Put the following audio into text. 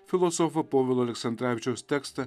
filosofo povilo aleksandravičiaus tekstą